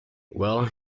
well